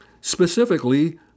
Specifically